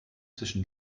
zwischen